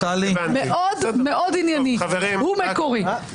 מאוד מאוד ענייני ומקורי.